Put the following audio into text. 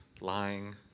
lying